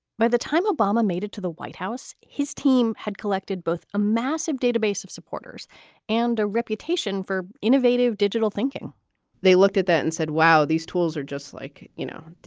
by the time obama made it to the white house, his team had collected both a massive database of supporters and a reputation for innovative digital thinking they looked at that and said, wow, these tools are just like, you know,